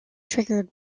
triggered